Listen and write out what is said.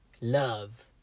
Love